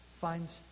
Finds